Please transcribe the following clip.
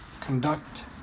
conduct